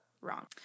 wrong